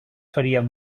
faríem